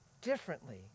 differently